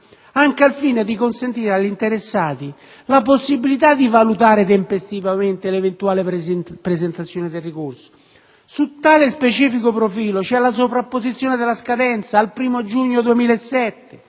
anche al fine di consentire agli interessati la possibilità di valutare tempestivamente l'eventuale presentazione di un ricorso. Su tale specifico profilo c'è la sovrapposizione della scadenza (al 1° giugno 2007)